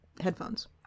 headphones